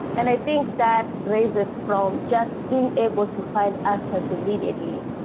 and i think that raises from just being able to find answers immediately.